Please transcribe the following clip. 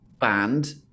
band